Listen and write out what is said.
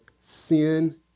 sin